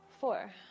Four